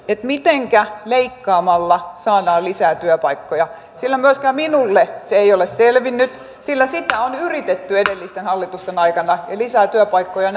mitenkä leikkaamalla saadaan lisää työpaikkoja myöskään minulle se ei ole selvinnyt sillä sitä on yritetty edellisten hallitusten aikana ja lisää työpaikkoja